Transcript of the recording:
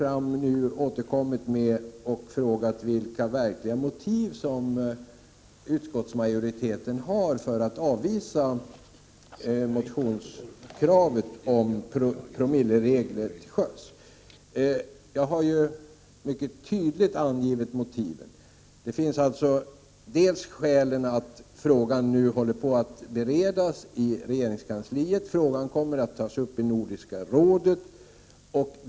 Sedan har Martin Olsson frågat vilka verkliga motiv som utskottsmajoriteten har för att avvisa motionskravet i fråga om promilleregler till sjöss. Jag tycker att jag mycket tydligt har angivit motiven. Ett skäl är alltså att frågan nu är under beredning inom regeringskansliet. Vidare kommer frågan att tas upp i Nordiska rådet.